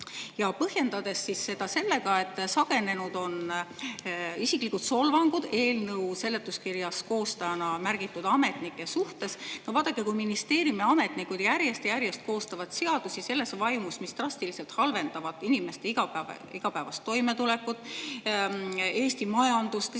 põhjendades seda sellega, et sagenenud on isiklikud solvangud eelnõu seletuskirjas koostajana märgitud ametnike suhtes. Vaadake, ministeeriumi ametnikud järjest ja järjest koostavad seadusi, mis drastiliselt halvendavad inimeste igapäevast toimetulekut, Eesti majandust,